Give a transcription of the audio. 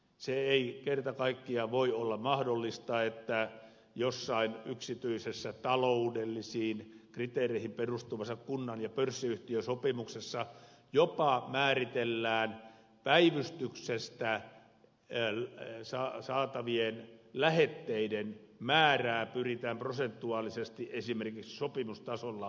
se ei kerta kaikkiaan voi olla mahdollista että jossain yksityisessä taloudellisiin kriteereihin perustuvassa kunnan ja pörssiyhtiön sopimuksessa määritellään jopa päivystyksestä ja saatavien lähetteiden määrää pyritään prosentuaalisesti esimerkiksi sopimustasolla ohjailemaan